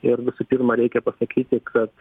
ir visų pirma reikia pasakyti kad